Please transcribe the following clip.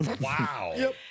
Wow